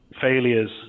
failures